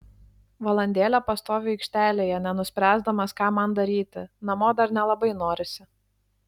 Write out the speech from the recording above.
valandėlę pastoviu aikštelėje nenuspręsdamas ką man daryti namo dar nelabai norisi